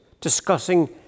discussing